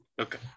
Okay